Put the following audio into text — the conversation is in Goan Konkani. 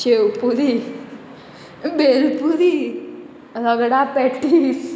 शेव पुरी बेलपुरी रगडा पेटीस